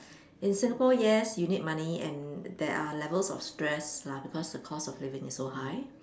in Singapore yes you need money and there are levels of stress lah because the cost of living is so high